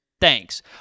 thanks